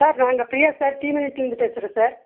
sir நாங்கள் Priya sir பேசுகிறோம் sir